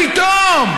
והוא אמר: מה פתאום?